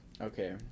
Okay